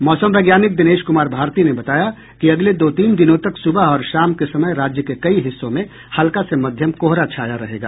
मौसम वैज्ञानिक दिनेश कुमार भारती ने बताया कि अगले दो तीन दिनों तक सुबह और शाम के समय राज्य के कई हिस्सों में हल्का से मध्यम कोहरा छाया रहेगा